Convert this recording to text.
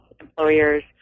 employers